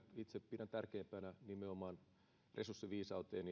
itse pidän tärkeimpänä nimenomaan resurssiviisauteen